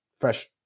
fresh